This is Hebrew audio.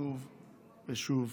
ושוב ושוב.